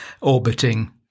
orbiting